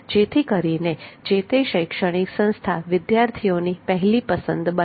જેથી કરીને જે તે શૈક્ષણિક સંસ્થા વિદ્યાર્થીઓની પહેલી પસંદ બને